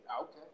Okay